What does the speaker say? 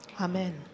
Amen